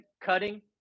cutting